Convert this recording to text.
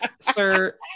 Sir